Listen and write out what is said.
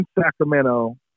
Sacramento